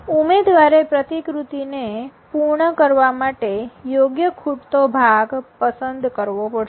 ઉમેદવારે પ્રતિકૃતિ ને પૂર્ણ કરવા માટે યોગ્ય ખૂટતો ભાગ પસંદ કરવો પડશે